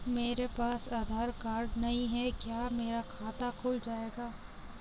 मेरे पास आधार कार्ड नहीं है क्या मेरा खाता खुल जाएगा?